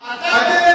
להסית?